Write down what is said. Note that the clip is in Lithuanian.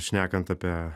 šnekant apie